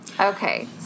Okay